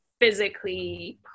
physically